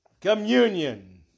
communion